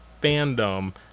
fandom